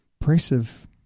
impressive